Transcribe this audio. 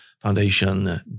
foundation